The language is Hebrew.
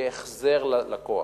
יהיה החזר ללקוח.